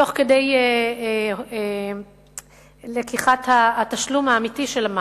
תוך כדי לקיחת התשלום האמיתי של המים.